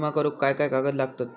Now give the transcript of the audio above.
विमा करुक काय काय कागद लागतत?